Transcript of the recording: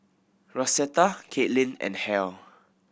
Rosetta Kaitlyn and Halle